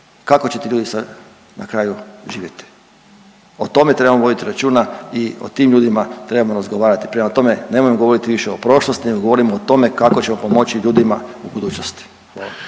Kako će ti ljudi sada na kraju živjeti? O tome trebamo voditi računa i o tim ljudima trebamo razgovarati. Prema tome, nemojmo govoriti više o prošlosti, nego govorimo o tome kako ćemo pomoći ljudima u budućnosti.